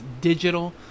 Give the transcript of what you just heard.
digital